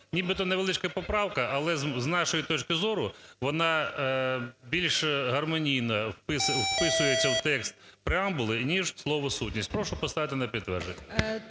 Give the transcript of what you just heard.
Нібито невеличка поправка, але, з нашої точки зору, вона більш гармонійно вписується в текст преамбули, ніж в слово "сутність". Прошу поставити на підтвердження.